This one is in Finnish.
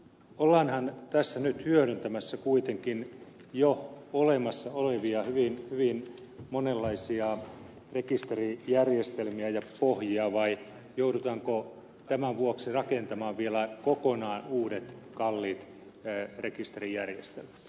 ollaanhan tässä nyt hyödyntämässä kuitenkin jo olemassa olevia hyvin monenlaisia rekisterijärjestelmiä ja pohjia vai joudutaanko tämän vuoksi rakentamaan vielä kokonaan uudet kalliit rekisterijärjestelmät